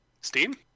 Steam